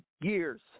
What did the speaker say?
years